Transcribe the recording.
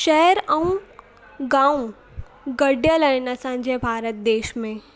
शहर ऐं गांव गॾियलु आहिनि असांजे भारत देश में